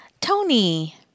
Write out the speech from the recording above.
Tony